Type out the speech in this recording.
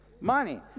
Money